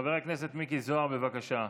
חבר הכנסת מיקי זוהר, בבקשה.